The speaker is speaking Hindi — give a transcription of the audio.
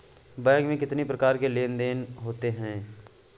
बैंक में कितनी प्रकार के लेन देन देन होते हैं?